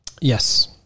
Yes